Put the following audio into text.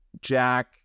Jack